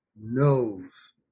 knows